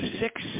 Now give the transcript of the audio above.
six